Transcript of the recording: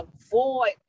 avoid